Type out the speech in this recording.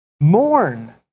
mourn